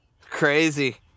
Crazy